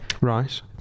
right